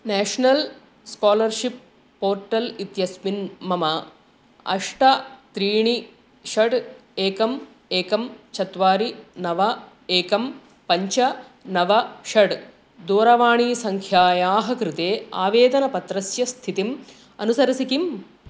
national scholarship portal इत्यस्मिन् मम अष्ट त्रीणि षड् एकम् एकं चत्वारि नव एकं पञ्च नव षड् दूरवाणीसङ्ख्यायाः कृते आवेदनपत्रस्य स्थितिम् अनुसरसि किम्